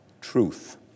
Truth